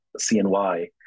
CNY